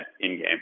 in-game